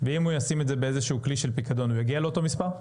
ואם הוא ישים את זה באיזשהו כלי של פיקדון הוא יגיע לאותו מספר?